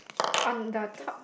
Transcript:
on the top